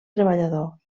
treballador